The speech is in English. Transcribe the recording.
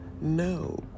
no